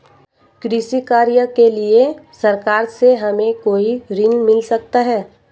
कृषि कार्य के लिए सरकार से हमें कोई ऋण मिल सकता है?